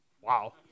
Wow